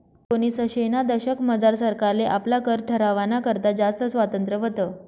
एकोनिसशेना दशकमझार सरकारले आपला कर ठरावाना करता जास्त स्वातंत्र्य व्हतं